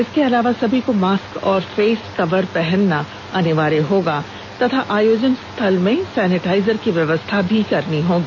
इसके अलावा सभी को मास्क व फेसकवर पहनना अनिवार्य होगा तथा आयोजनस्थल में सैनिटाइजर की व्यवस्था करनी होगी